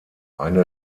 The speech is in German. eine